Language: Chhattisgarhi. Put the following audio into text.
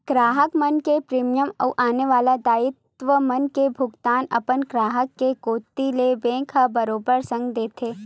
गराहक मन के प्रीमियम अउ आने दायित्व मन के भुगतान अपन ग्राहक के कोती ले बेंक ह बरोबर संग देथे